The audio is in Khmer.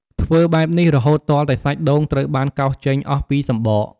ធ្វើបែបនេះរហូតទាល់តែសាច់ដូងត្រូវបានកោសចេញអស់ពីសម្បក។